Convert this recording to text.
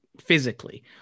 physically